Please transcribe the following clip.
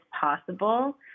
possible